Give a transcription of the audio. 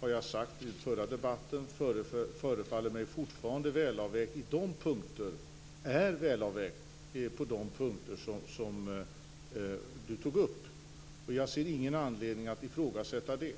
Jag sade i förra debatten att jag fortfarande anser att riksdagens beslut är välavvägt. Det gäller också de punkter som Mikael Janson tog upp. Jag ser ingen anledning att ifrågasätta det.